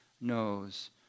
knows